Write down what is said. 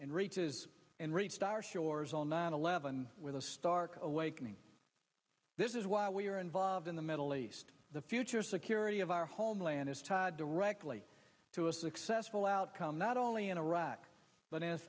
and reaches and reached our shores on nine eleven with a stark awakening this is why we are involved in the middle east the future security of our whole inland is tied directly to a successful outcome not only in iraq but